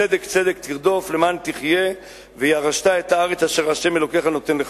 צדק צדק תרדוף למען תחיה וירשת את הארץ אשר ה' אלוקיך נותן לך.